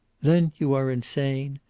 then you are insane.